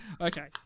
Okay